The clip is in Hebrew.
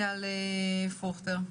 אייל פרוכטר.